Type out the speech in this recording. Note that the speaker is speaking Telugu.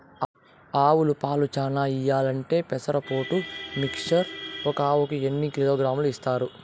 ఆవులు పాలు చానా ఇయ్యాలంటే పెసర పొట్టు మిక్చర్ ఒక ఆవుకు ఎన్ని కిలోగ్రామ్స్ ఇస్తారు?